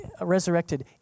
resurrected